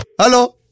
hello